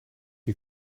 die